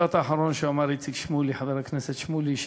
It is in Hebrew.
מהמשפט האחרון שאמר חבר הכנסת איציק שמולי,